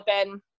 open